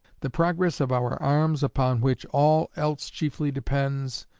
the progress of our arms, upon which all else chiefly depends,